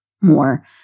more